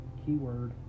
keyword